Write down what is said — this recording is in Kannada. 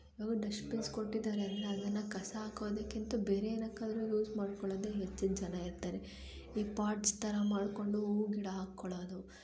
ಇವಾಗ ಡಸ್ಟ್ಬಿನ್ಸ್ ಕೊಟ್ಟಿದ್ದಾರೆ ಅಂದರೆ ಅದನ್ನು ಕಸ ಹಾಕೋದಕ್ಕಿಂತ ಬೇರೇನಕ್ಕಾದರೂ ಯೂಸ್ ಮಾಡ್ಕೊಳ್ಳೋದೆ ಹೆಚ್ಚಿನ ಜನ ಇರ್ತಾರೆ ಈ ಪಾಟ್ಸ್ ಥರ ಮಾಡಿಕೊಂಡು ಹೂ ಗಿಡ ಹಾಕ್ಕೋಳ್ಳೋದು